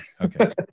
Okay